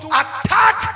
attack